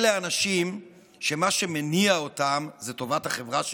הם אנשים שמה שמניע אותם הוא טובת החברה שלנו.